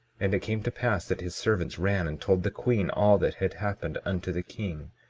and it came to pass that his servants ran and told the queen all that had happened unto the king.